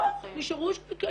לא, נשארו קיימים.